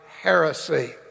heresy